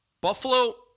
Buffalo